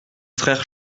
frères